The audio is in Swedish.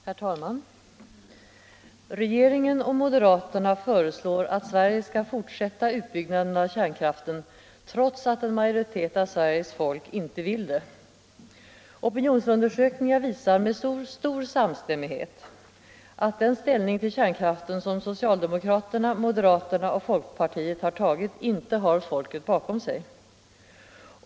Herr talman! Regeringen och moderaterna föreslår att Sverige skall fortsätta utbyggnaden av kärnkraften, trots att en majoritet av Sveriges folk inte vill det. Opinionsundersökningar visar med stor samstämmighet att den ställning till kärnkraften som socialdemokraterna, moderaterna och folkpartiet har tagit inte har folket bakom sig.